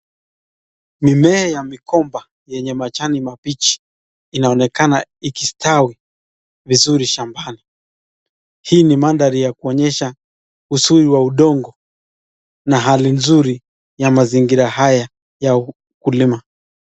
Mimea ya mikomba yenye majani mabichi inaonekana ikistau vizuri, shamba hii ni madhari ya kuonyesha uzuri ya udongo na hali nzuri ya mazingira haya ya ukulima.